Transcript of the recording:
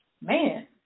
Man